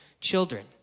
children